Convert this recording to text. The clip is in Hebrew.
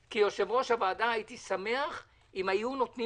כיושב-ראש הוועדה הייתי שמח אם היו נותנים